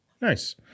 Nice